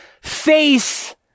face